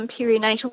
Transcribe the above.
perinatal